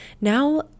now